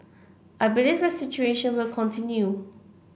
I believe the situation will continue